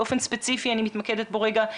באופן ספציפי אני מתמקדת בו רגע,